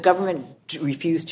government refused to